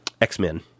X-Men